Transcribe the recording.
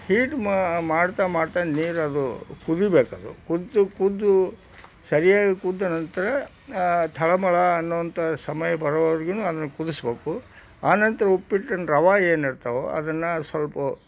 heat ಮಾಡ್ತ ಮಾಡ್ತ ನೀರು ಅದು ಕುದಿಬೇಕದು ಕುದ್ದು ಕುದ್ದು ಸರಿಯಾಗಿ ಕುದ್ದ ನಂತರ ತಳಮಳ ಅನ್ನುವಂತ ಸಮಯ ಬರೋವರ್ಗು ಅದನ್ನು ಕುದಿಸಬೇಕು ಅನಂತರ ಉಪ್ಪಿಟ್ಟಿನ್ನು ರವ ಏನು ಇರ್ತವೆ ಅದನ್ನು ಸ್ವಲ್ಪ